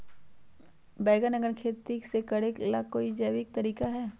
बैंगन के खेती भी करे ला का कोई जैविक तरीका है?